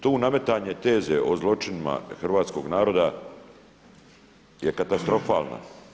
Tu nametanje teze o zločinima hrvatskog naroda je katastrofalna.